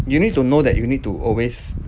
you need to know that you need to always